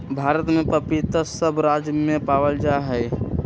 भारत में पपीता सब राज्य में पावल जा हई